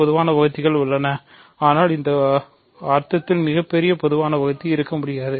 பொதுவான வகுத்திகள் உள்ளன ஆனால் இந்த அர்த்தத்தில் மிகப் பெரிய பொதுவான வகுத்தி இருக்க முடியாது